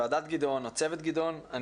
ועדת גדעון או צוות גדעון,